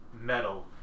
metal